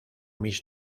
miss